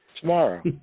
Tomorrow